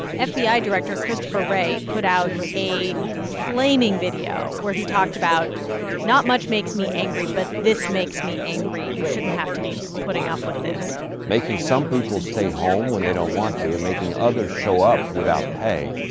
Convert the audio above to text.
ah fbi director christopher wray put out a flaming video where he talked about not much makes me angry, but this makes me angry. you shouldn't have to be putting up with this making some people stay home when they don't want to and making others show up without pay.